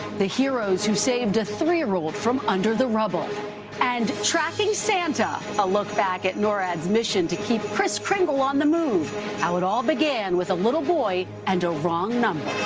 the heroes who saved a three year old from under the rubble and tracking santa a look back at norad's mission to keep kriss kringle on the move how it all began with a little boy and a wrong number